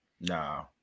Nah